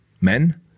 men